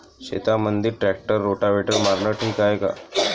शेतामंदी tractor rotavator मारनं ठीक हाये का?